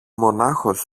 μονάχος